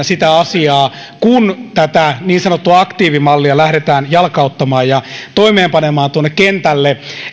sitä asiaa että kun tätä niin sanottua aktiivimallia lähdetään jalkauttamaan ja toimeenpanemaan tuonne kentälle